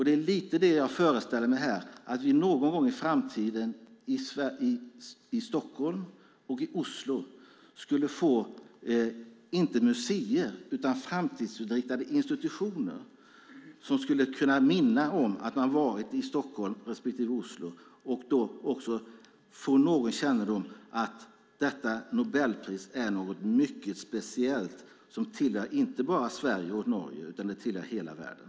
Det som jag lite grann föreställer mig är att vi någon gång i framtiden i Stockholm och i Oslo skulle få inte museer utan framtidsinriktade institutioner som skulle kunna minna om att man varit i Stockholm respektive Oslo, och då också få någon kännedom om att detta Nobelpris är något mycket speciellt som inte tillhör bara Sverige och Norge utan hela världen.